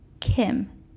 Kim